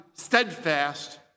steadfast